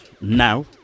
now